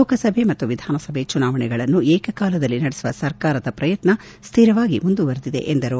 ಲೋಕಸಭೆ ಮತ್ತು ವಿಧಾನಸಭೆ ಚುನಾವಣೆಯನ್ನು ಏಕಕಾಲದಲ್ಲಿ ನಡೆಸುವ ಸರ್ಕಾರದ ಪ್ರಯತ್ನ ಶ್ಶಿರವಾಗಿ ಮುಂದುವರಿದಿದೆ ಎಂದರು